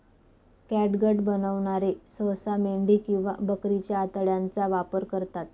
catgut बनवणारे सहसा मेंढी किंवा बकरीच्या आतड्यांचा वापर करतात